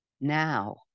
Now